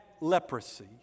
leprosy